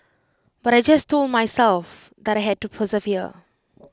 but I just told myself that I had to persevere